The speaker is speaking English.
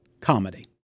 comedy